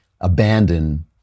abandon